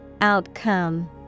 Outcome